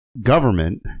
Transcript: government